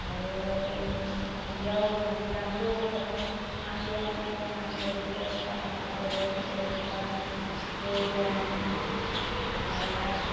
আৰু কেতিয়াও মহিলাকতো সেইকণ স্থান দিয়া নহয় ন নামঘৰ ভিতৰত এটা ভাওনা প্ৰদৰ্শন কৰিবৰ কাৰণেটোো দিয়া নহয় সেইটো কাৰণে